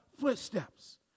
footsteps